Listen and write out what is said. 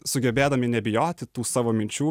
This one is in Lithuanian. sugebėdami nebijoti tų savo minčių